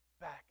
back